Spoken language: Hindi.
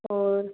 और